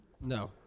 No